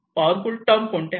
powerful term कोणत्या आहे